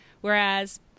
Whereas